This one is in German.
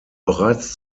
bereits